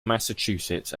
massachusetts